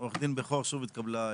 עורך דין בכור, שוב התקבלה בקשתך.